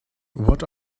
what